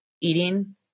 eating